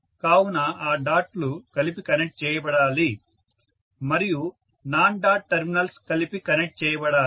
కావున ఆ డాట్ లు కలిపి కనెక్ట్ చేయబడాలి మరియు నాన్ డాట్ టెర్మినల్స్ కలిపి కనెక్ట్ చేయబడాలి